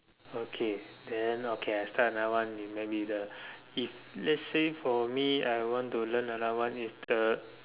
okay then okay I start another one maybe the if let's say for me I want to learn another one is the